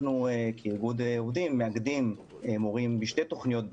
אנחנו כארגון עובדים מאגדים מורים בשתי תוכניות,